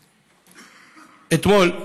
אתמול,